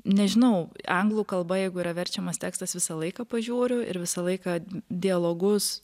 nežinau anglų kalba jeigu yra verčiamas tekstas visą laiką pažiūriu ir visą laiką dialogus